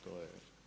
To je.